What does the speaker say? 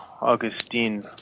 Augustine